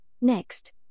Next